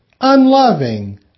unloving